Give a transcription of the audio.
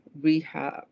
rehab